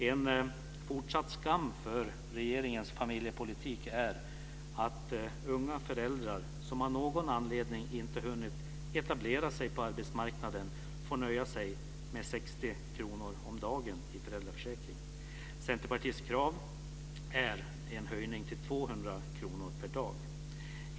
En fortsatt skam för regeringens familjepolitik är att unga föräldrar som av någon anledning inte hunnit etablera sig på arbetsmarknaden får nöja sig med 60 kr per dag i föräldraförsäkring. Centerpartiets krav är en höjning till 200 kr per dag.